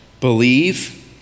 believe